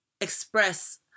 express